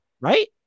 right